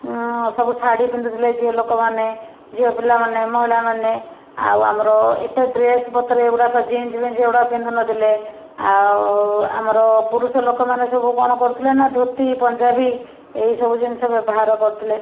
ସବୁ ଶାଢ଼ୀ ପିନ୍ଧୁଥିଲେ ଝିଅ ଲୋକମାନେ ଝିଅ ପିଲାମାନେ ମହିଳାମାନେ ଆଉ ଆମର ଏତେ ଡ୍ରେସ୍ପତ୍ର ଏଉଡ଼ାକ ଜିନ୍ସଫିନ୍ସ ଏଗୁଡ଼ା ପିନ୍ଧୁନଥିଲେ ଆଉ ଆମର ପୁରୁଷ ଲୋକମାନେ ସବୁ କ'ଣ କରୁଥିଲେ ନା ଧୋତି ପଞ୍ଜାଵୀ ଏଇସବୁ ଜିନିଷ ବ୍ୟବହାର କରୁଥିଲେ